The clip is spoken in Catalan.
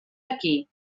aquí